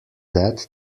that